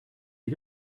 you